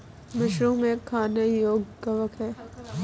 mushroom एक खाने योग्य कवक है